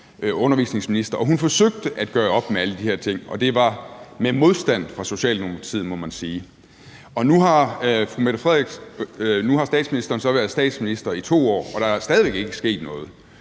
undervisningsminister, og hun forsøgte at gøre op med alle de her ting, og det var med modstand fra Socialdemokratiet, må man sige. Nu har statsministeren så været statsminister i 2 år, og der er stadig væk ikke sket noget.